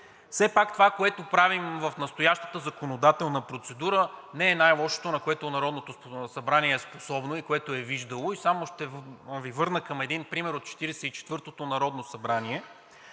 все пак това, което правим в настоящата законодателна процедура, не е най-лошото, на което Народното събрание е способно и което е виждало. Само ще Ви върна към един пример от Четиридесет